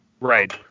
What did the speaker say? Right